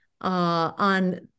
on